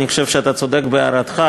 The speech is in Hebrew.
אני חושב שאתה צודק בהערתך,